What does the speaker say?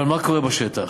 אבל מה קורה בשטח?